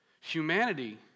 humanity